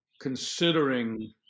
considering